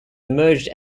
emerged